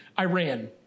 Iran